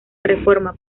reforma